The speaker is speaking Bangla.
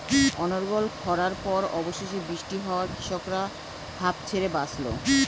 অনর্গল খড়ার পর অবশেষে বৃষ্টি হওয়ায় কৃষকরা হাঁফ ছেড়ে বাঁচল